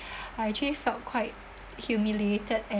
I actually felt quite humiliated and